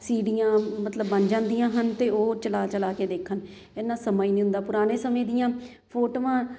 ਸੀਡੀਆਂ ਮਤਲਬ ਬਣ ਜਾਂਦੀਆਂ ਹਨ ਅਤੇ ਉਹ ਚਲਾ ਚਲਾ ਕੇ ਦੇਖਣ ਇੰਨਾਂ ਸਮਾਂ ਹੀ ਨਹੀਂ ਹੁੰਦਾ ਪੁਰਾਣੇ ਸਮੇਂ ਦੀਆਂ ਫੋਟੋਆਂ